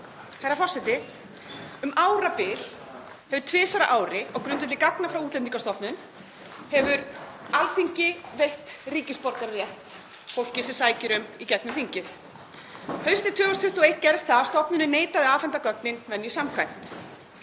Herra forseti. Um árabil hefur Alþingi tvisvar á ári, á grundvelli gagna frá Útlendingastofnun, veitt ríkisborgararétt fólki sem sækir um í gegnum þingið. Haustið 2021 gerðist það að stofnunin neitaði að afhenda gögnin venju samkvæmt.